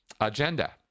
agenda